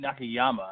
Nakayama